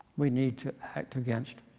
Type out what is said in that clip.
we need to act against